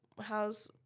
How's